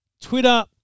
Twitter